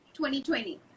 2020